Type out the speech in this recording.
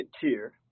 tier